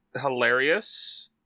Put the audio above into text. hilarious